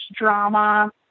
drama